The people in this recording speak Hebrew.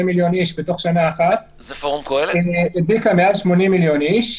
מיליון איש בתוך שנה אחת והדביקה מעל 80 מיליון איש.